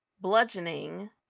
bludgeoning